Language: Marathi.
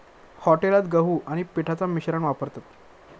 हॉटेलात गहू आणि पिठाचा मिश्रण वापरतत